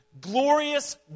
glorious